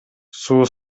суу